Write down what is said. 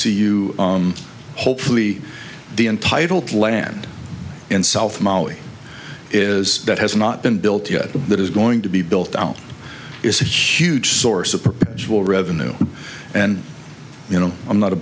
see you hopefully the entitled land in south mali is that has not been built yet that is going to be built out it's a huge source of perpetual revenue and you know i'm not a